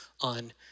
on